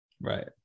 Right